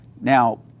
Now